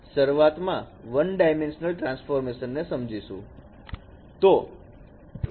શરૂઆતમાં 1 dimension transform ને સમજીશું